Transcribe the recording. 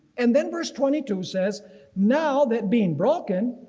and then verse twenty two says now that being broken,